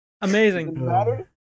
Amazing